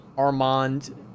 armand